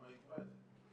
למה היא עיכבה את זה?